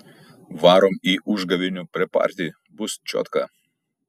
varom į užgavėnių prepartį bus čiotka